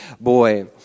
boy